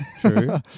True